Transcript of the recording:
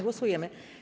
Głosujemy.